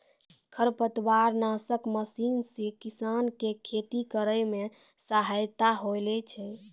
खरपतवार नासक मशीन से किसान के खेती करै मे सहायता होलै छै